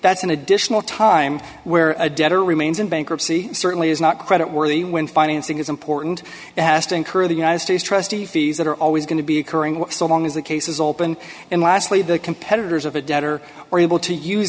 that's an additional time where a debtor remains in bankruptcy certainly is not credit worthy when financing is important to the united states trustee fees that are always going to be occurring so long as the case is open and lastly the competitors of a debtor or able to use